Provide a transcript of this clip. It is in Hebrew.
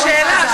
רק שאלה,